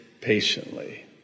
patiently